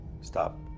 Stop